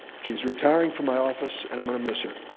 she is retiring from my office and i'm going to miss her.